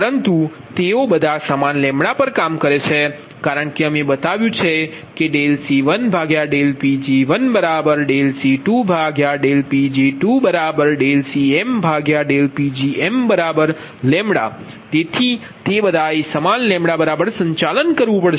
પરંતુ તેઓ બધા સમાન પર કામ છે કારણકે અમે બતાવ્યુ છે કે ∂C1Pg1∂C2Pg2∂C3Pg3 ∂CmPgmλ તેથી તે બધાએ સમાન બરાબર સંચાલન કરવું પડશે